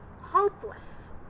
hopeless